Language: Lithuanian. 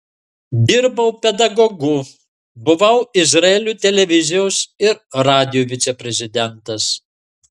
dirbau pedagogu buvau izraelio televizijos ir radijo viceprezidentas